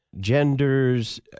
genders